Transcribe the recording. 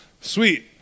Sweet